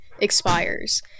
expires